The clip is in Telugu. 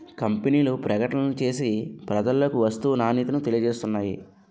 కంపెనీలు ప్రకటనలు చేసి ప్రజలలోకి వస్తువు నాణ్యతను తెలియజేస్తున్నాయి